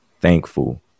thankful